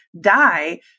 die